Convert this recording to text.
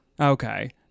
Okay